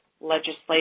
legislation